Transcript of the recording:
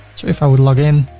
if i would log in,